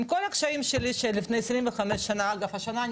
עם כל הקשיים שלי שלפני כ-25 שנים שעליתי לארץ,